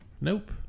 Nope